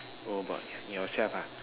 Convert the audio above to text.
oh about yourself ah